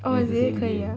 oh is it 可以 ah